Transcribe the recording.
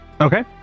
Okay